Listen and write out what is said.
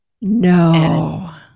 No